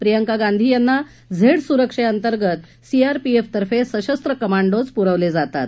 प्रियंका गांधी यांना झेड सुरक्षेअंतर्गत सीआरपीएफतर्फे सशस्व कमांडोज पुरवले जातात